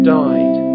died